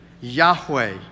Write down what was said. Yahweh